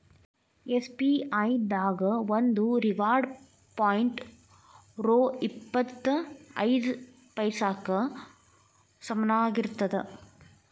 SBI ದಾಗ ಒಂದು reward point ರೊ ಇಪ್ಪತ್ ಐದ ಪೈಸಾಕ್ಕ ಸಮನಾಗಿರ್ತದ